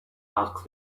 asked